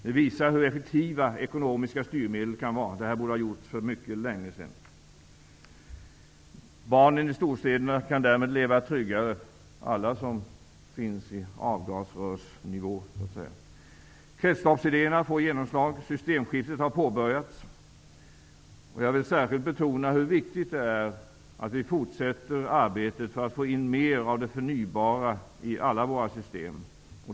Det visar hur effektiva ekonomiska styrmedel kan vara. Det här borde ha gjorts för mycket länge sedan. Barnen i storstäderna -- alla de som så att säga finns i avgasrörsnivå -- kan därmed leva tryggare. Kretsloppsidéerna får genomslag -- systemskiftet har påbörjats. Jag vill särskilt betona hur viktigt det är att vi fortsätter arbetet för att få in mer av det förnybara i alla våra system.